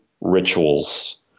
rituals